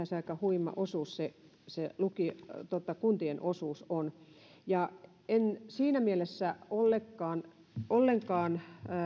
se kuntien osuus aika huima osuus on en siinä mielessä ollenkaan